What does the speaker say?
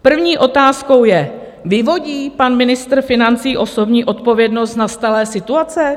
První otázkou je: Vyvodí pan ministr financí osobní odpovědnost z nastalé situace?